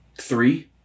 Three